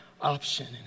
option